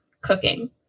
cooking